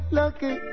lucky